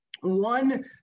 one